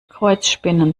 kreuzspinnen